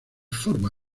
forma